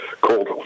called